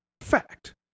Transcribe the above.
fact